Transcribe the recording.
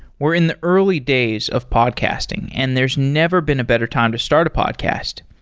we're in the early days of podcasting, and there's never been a better time to start a podcast.